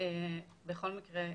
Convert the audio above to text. בכל מקרה,